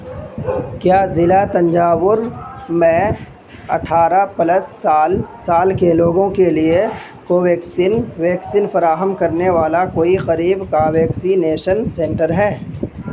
کیا ضلع تنجاور میں اٹھارہ پلس سال سال کے لوگوں کے لیے کوویکسین ویکسین فراہم کرنے والا کوئی قریب کا ویکسینیشن سینٹر ہے